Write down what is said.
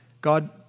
God